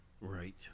right